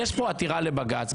יש פה עתירה לבג"צ.